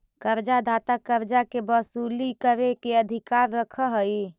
कर्जा दाता कर्जा के वसूली करे के अधिकार रखऽ हई